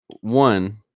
one